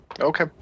Okay